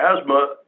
Asthma